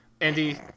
Andy